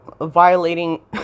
violating